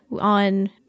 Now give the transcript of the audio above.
on